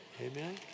Amen